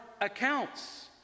accounts